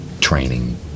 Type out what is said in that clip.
training